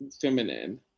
feminine